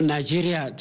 Nigeria